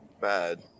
bad